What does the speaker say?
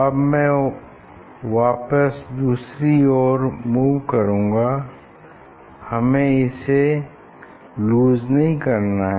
अब मैं वापिस दूसरी ओर मूव करूँगा हमें इसे लूज़ नहीं करना है